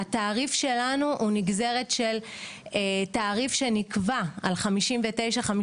התעריף שלנו הוא נגזרת של תעריף שנקבע על 59-55;